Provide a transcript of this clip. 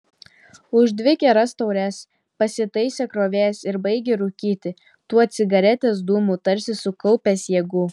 už dvi geras taures pasitaisė krovėjas ir baigė rūkyti tuo cigaretės dūmu tarsi sukaupęs jėgų